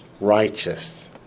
Righteous